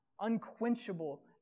unquenchable